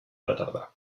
retardar